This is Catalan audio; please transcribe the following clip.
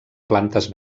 plantes